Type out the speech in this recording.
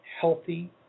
healthy